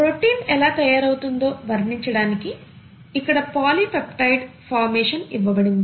protein ఎలా తయారవుతుందో వర్ణించడానికి ఇక్కడ పోలీపెప్టైడ్ ఫార్మేషన్ ఇవ్వబడింది